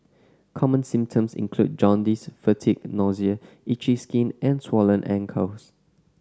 common symptoms include jaundice fatigue nausea itchy skin and swollen ankles